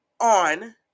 on